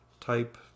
type